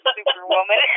Superwoman